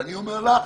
אני אומר לך